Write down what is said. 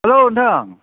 हेल' नोंथां